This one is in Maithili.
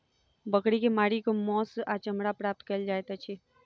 बकरी के मारि क मौस आ चमड़ा प्राप्त कयल जाइत छै